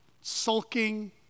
Sulking